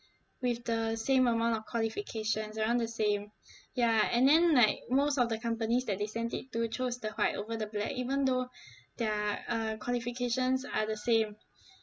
with the same amount of qualifications around the same ya and then like most of the companies that they sent it to chose the white over the black even though their uh qualifications are the same